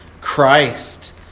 Christ